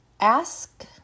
Ask